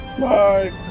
Bye